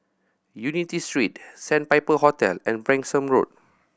Unity Street Sandpiper Hotel and Branksome Road